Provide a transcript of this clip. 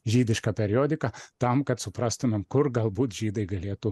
žydišką periodiką tam kad suprastumėm kur galbūt žydai galėtų